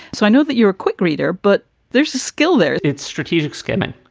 so i know that you a quick reader, but there's a skill there it's strategic skimming.